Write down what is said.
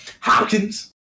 Hopkins